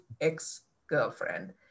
ex-girlfriend